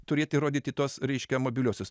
turėti rodyti tuos reiškia mobiliuosius